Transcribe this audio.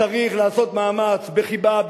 צריך לעשות מאמץ בחיבה,